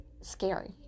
scary